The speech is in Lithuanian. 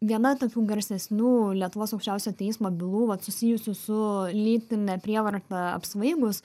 viena tokių garsesnių lietuvos aukščiausio teismo bylų vat susijusių su lytine prievarta apsvaigus